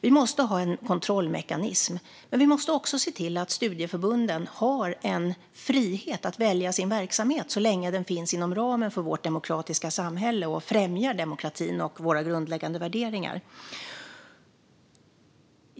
Vi måste ha en kontrollmekanism, men vi måste också se till att studieförbunden har en frihet att välja sin verksamhet så länge den finns inom ramen för vårt demokratiska samhälle och främjar demokratin och våra grundläggande värderingar.